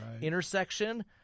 Intersection